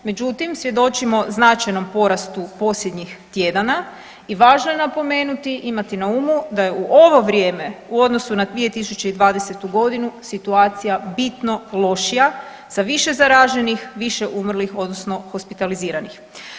Međutim, svjedočimo značajnom porastu posljednjih tjedana i važno je napomenuti, imati na umu da je u ovo vrijeme u odnosu na 2020. godinu situacija bitno lošija sa više zaraženih, više umrlih odnosno hospitaliziranih.